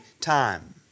time